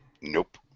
Nope